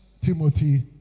Timothy